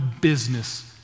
business